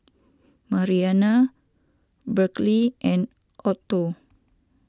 Marianna Berkley and Otho